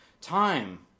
time